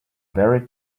very